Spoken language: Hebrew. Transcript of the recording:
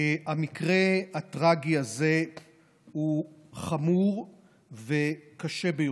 המקרה הטרגי הזה הוא חמור וקשה ביותר.